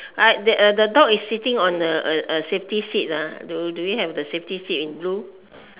ah uh the dog is sitting on a a safety seat uh do we have the safety seat in blue